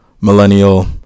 millennial